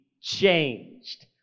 changed